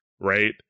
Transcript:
right